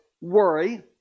worry